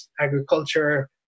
agriculture